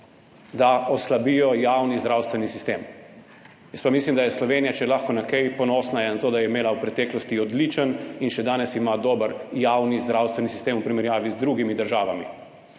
da oslabijo javni zdravstveni sistem. Jaz pa mislim, da je Slovenija, če je lahko na kaj ponosna, je na to, da je imela v preteklosti odličen in še danes ima dober javni zdravstveni sistem v primerjavi z drugimi državami.